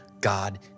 God